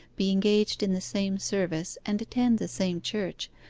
be engaged in the same service, and attend the same church,